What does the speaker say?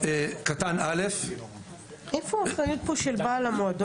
אבל איפה האחריות פה של בעל המועדון?